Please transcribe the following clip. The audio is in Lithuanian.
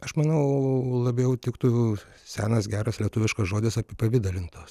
aš manau labiau tiktų senas geras lietuviškas žodis apipavidalintos